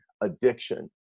addiction